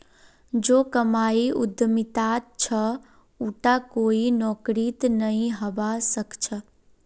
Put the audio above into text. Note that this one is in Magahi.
जो कमाई उद्यमितात छ उटा कोई नौकरीत नइ हबा स ख छ